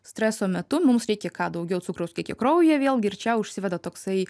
streso metu mums reikia ką daugiau cukraus kiekio kraujyje vėlgi ir čia užsiveda toksai